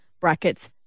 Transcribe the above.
brackets